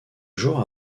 jours